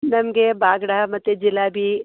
ನಮಗೆ ಬಾಂಗ್ಡ ಮತ್ತು ಜಿಲಾಬಿ